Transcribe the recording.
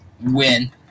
win